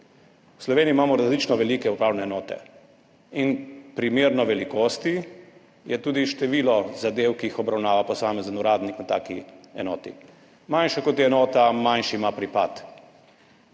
V Sloveniji imamo različno velike upravne enote in primerno velikosti je tudi število zadev, ki jih obravnava posamezen uradnik na taki enoti. Manjša, kot je enota, manjši ima pripad